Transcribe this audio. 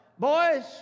Boys